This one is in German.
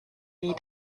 wie